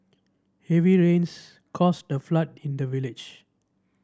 heavy rains caused a flood in the village